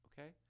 okay